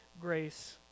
grace